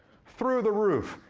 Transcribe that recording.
through the roof.